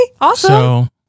awesome